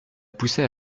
poussait